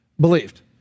believed